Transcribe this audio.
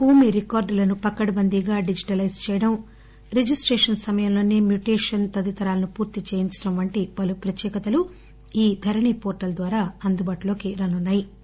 భూమి రికార్డులను పకడ్బందీగా డిజిటలైజ్చేయడం రిజిస్టేషన్ సమయంలోనే మ్యుటేషన్ తదితరాలను పూర్తి చేయించండం వంటిపలుప్రత్యేకతలుఈ ధరణి పోర్టల్ ద్వారా అందుబాటులోకి రానున్నా యి